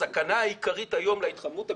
הסכנה העיקרית היום להתחממות הגלובלית,